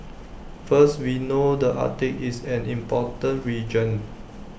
first we know the Arctic is an important region